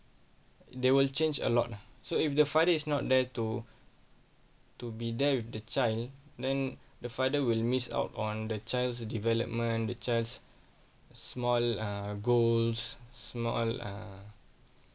they will change a lot lah so if the father is not there to to be there with the child then the father will miss out on the child's development the child's small err goals small err